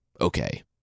okay